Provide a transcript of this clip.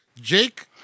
Jake